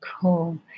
Cool